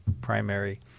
primary